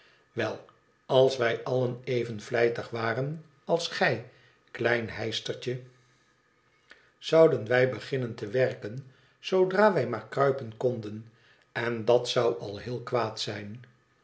wel als wij allen even vlijtig waren als gij klein heistertje zouden wij beginnen te werken zoodra wij maar kruipen konden en dat zou al heel kwaad zijn